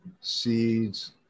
seeds